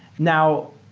now,